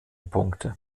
punkte